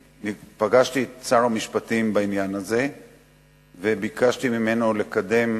פגשתי את שר המשפטים בעניין הזה וביקשתי ממנו לקדם